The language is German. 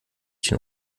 den